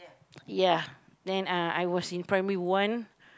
ya then uh I was in primary one